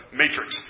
matrix